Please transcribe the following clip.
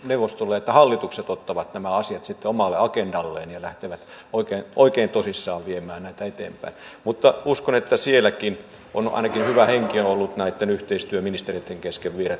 että hallitukset ottavat nämä asiat sitten omalle agendalleen ja lähtevät oikein oikein tosissaan viemään näitä eteenpäin mutta uskon että sielläkin ainakin hyvä henki on ollut näitten yhteistyöministereitten kesken viedä